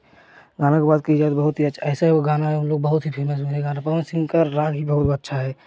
गाना की बात की जाए तो बहुत ही अच्छा है ऐसा गाना हम लोग बहुत ही फेमस है गाना पवन सिंह का राग भी बहुत अच्छा है